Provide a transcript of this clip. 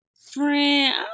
Friend